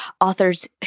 authors